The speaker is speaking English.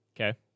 Okay